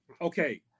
Okay